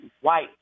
white